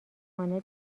خانه